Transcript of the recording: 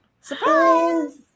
surprise